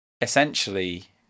essentially